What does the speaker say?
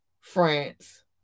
France